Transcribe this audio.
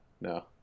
No